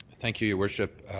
thank you, your worship.